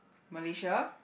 Malaysia